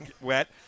wet